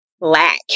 Lack